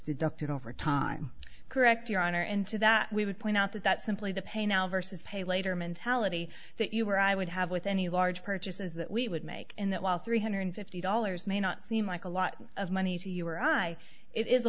deducted over time correct your honor and to that we would point out that that's simply the pay now versus pay later mentality that you or i would have with any large purchases that we would make and that while three hundred fifty dollars may not seem like a lot of money to you or i it is a